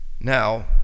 Now